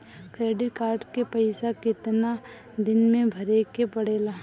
Credit card के पइसा कितना दिन में भरे के पड़ेला?